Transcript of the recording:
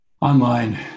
online